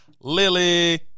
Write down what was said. Lily